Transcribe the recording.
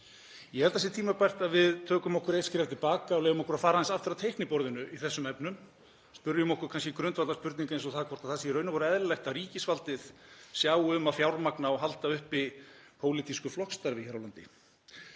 Ég held að það sé tímabært að við tökum eitt skref til baka og leyfum okkur að fara aðeins aftur að teikniborðinu í þessum efnum, spyrjum okkur kannski grundvallarspurninga eins og hvort það sé í raun og veru eðlilegt að ríkisvaldið sjái um að fjármagna og halda uppi pólitísku flokksstarfi hér á landi.